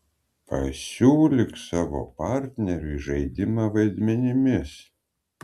pasiūlyk savo partneriui žaidimą vaidmenimis